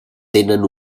tenen